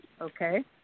Okay